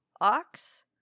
ox